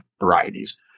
varieties